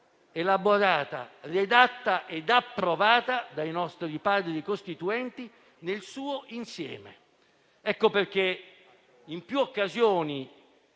elaborata, redatta e approvata dai nostri Padri costituenti nel suo insieme. Per questo, in 1a Commissione